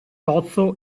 tozzo